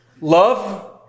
love